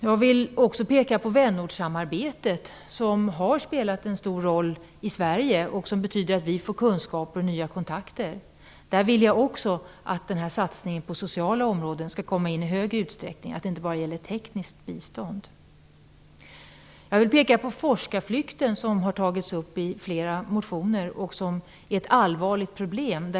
Jag vill också peka på vänortssamarbetet, som har spelat en stor roll i Sverige och som betyder att vi får kunskaper och nya kontakter. Där vill jag också att satsningen på sociala områden i större utsträckning kommer in. Det skall inte bara gälla tekniskt bistånd. Dessutom vill jag peka på den forskarflykt som har tagits upp i flera motioner och som är ett allvarligt problem.